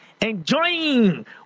enjoying